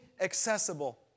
accessible